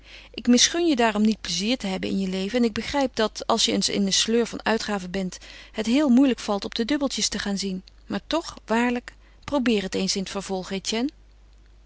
ik misgun je daarom niet plezier te hebben in je leven en ik begrijp dat als je eens in een sleur van uitgaven bent het heel moeilijk valt op de dubbeltjes te gaan zien maar toch waarlijk probeer het eens in het vervolg